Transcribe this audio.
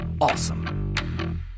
awesome